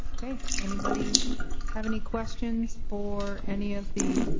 okay, anybody have any questions for any of the